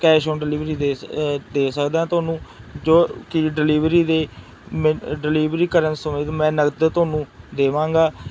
cash on delivery ਦੇ ਦੇ ਸਕਦਾ ਤੁਹਾਨੂੰ ਜੋ ਕਿ ਡਿਲੀਵਰੀ ਦੇ ਮ ਡਿਲੀਵਰੀ ਕਰਨ ਸਮੇਂ 'ਤੇ ਮੈਂ ਨਕਦ ਤੁਹਾਨੂੰ ਦੇਵਾਂਗਾ